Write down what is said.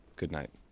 good night.